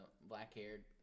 black-haired